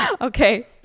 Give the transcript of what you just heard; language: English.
Okay